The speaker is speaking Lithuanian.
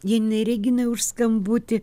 janinai reginai už skambutį